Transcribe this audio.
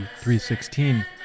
3.16